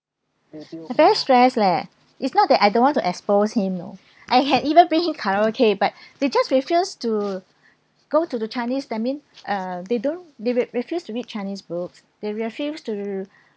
I very stress leh it's not that I don't want to expose him you know I had even bring him karaoke but they just refused to go to the chinese that's mean uh they don't read it refused to read chinese books they refused to